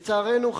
לצערנו,